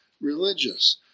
religious